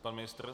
Pan ministr?